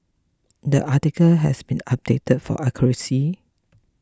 the article has been updated for accuracy